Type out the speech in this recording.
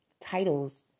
titles